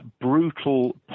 Brutal